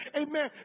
amen